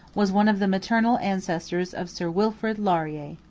was one of the maternal ancestors of sir wilfrid laurier.